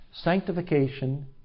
Sanctification